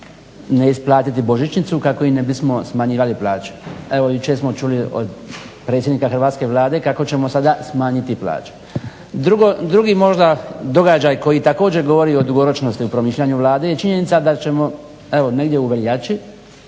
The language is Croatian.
ne isplatiti božićnicu kako im ne bismo smanjivali plaće, evo jučer smo čuli od predsjednika Hrvatske vlade kako ćemo sada smanjiti plaće. Drugo, drugi možda događaj koji također govori o dugoročnosti o promišljanju Vladi je činjenica da ćemo evo negdje u veljači